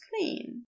clean